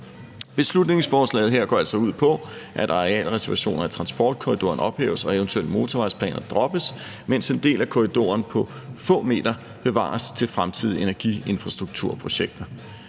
Beslutningsforslaget her går altså ud på, at arealreservationer af transportkorridoren ophæves og eventuelle motorvejsplaner droppes, mens en del af korridoren på få meters bredde bevares til fremtidige energiinfrastrukturprojekter.